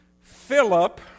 Philip